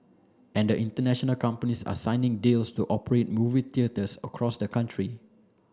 and the international companies are signing deals to operate movie theatres across the country